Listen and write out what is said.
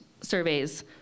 surveys